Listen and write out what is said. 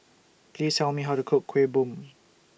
Please Tell Me How to Cook Kueh Bom